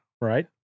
right